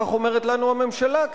כך אומרת לנו הממשלה,